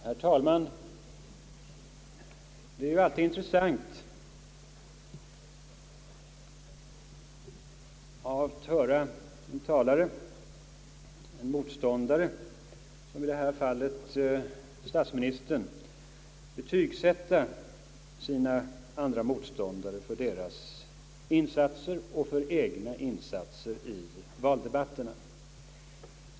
Herr talman! Det är alltid intressant att höra en motståndare betygsätta sina motståndares och sina egna insatser i valdebatterna.